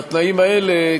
בתנאים האלה,